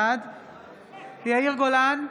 בעד יאיר גולן,